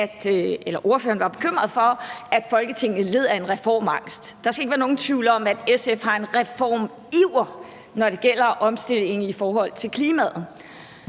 at Folketinget led af en reformangst. Der skal ikke være nogen tvivl om, at SF har en reformiver, når det gælder omstillingen i forhold til klimaet.